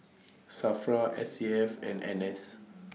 SAFRA S A F and N S